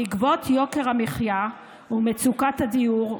בעקבות יוקר המחיה ומצוקת הדיור,